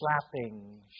slapping